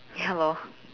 ya lor